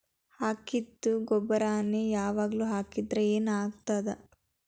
ಹಾಕಿದ್ದ ಗೊಬ್ಬರಾನೆ ಯಾವಾಗ್ಲೂ ಹಾಕಿದ್ರ ಏನ್ ಆಗ್ತದ?